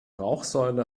rauchsäule